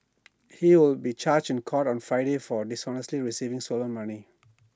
he will be charged in court on Friday for dishonestly receiving stolen money